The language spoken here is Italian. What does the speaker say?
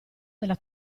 della